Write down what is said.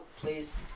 please